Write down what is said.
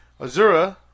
Azura